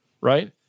right